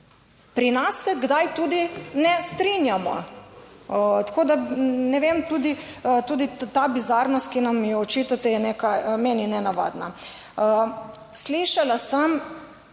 Pri nas se kdaj tudi ne strinjamo, tako da ne vem, tudi, tudi ta bizarnost, ki nam jo očitate je nekaj meni nenavadna. Slišala sem,